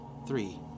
Three